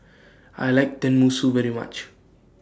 I like Tenmusu very much